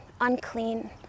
unclean